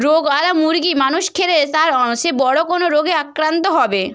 রোগওয়ালা মুরগি মানুষ খেলে তার সে বড় কোনো রোগে আক্রান্ত হবে